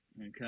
Okay